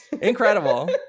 Incredible